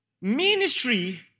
ministry